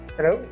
Hello